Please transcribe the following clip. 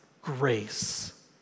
grace